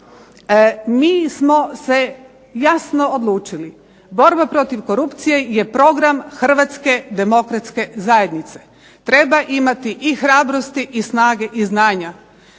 mi smo se jasno odlučili, borba protiv korupcije je program Hrvatske demokratske zajednice. Treba imati i hrabrosti i snage i znanja